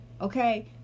okay